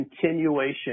continuation